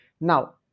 Now